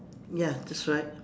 ya that's right